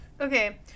okay